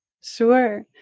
Sure